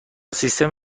سیستم